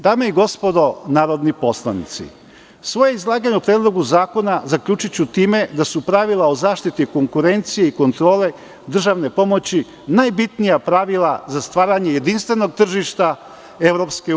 Dame i gospodo narodni poslanici, svoje izlaganje o Predlogu zakona zaključiću time da su pravila o zaštiti konkurencije i kontrole državne pomoći najbitnija pravila za stvaranje jedinstvenog tržišta EU.